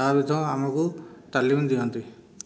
ତାହା ବି ତ ଆମକୁ ତାଲିମ ଦିଅନ୍ତି